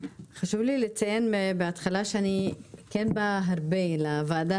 אני רוצה לספר לכם על דברים שאני חווה ביום יום בקשר להיי-טק ולחברה